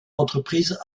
entreprise